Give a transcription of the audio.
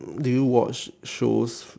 do you watch shows